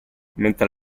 mentre